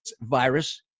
virus